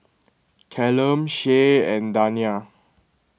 Callum Shae and Dania